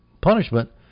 punishment